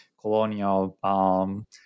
colonial